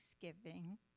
thanksgiving